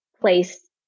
place